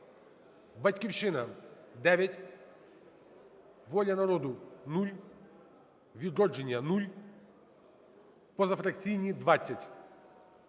"Батьківщина" – 9, "Воля народу" – 0, "Відродження" – 0, позафракційні – 20.